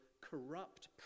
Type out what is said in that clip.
corrupt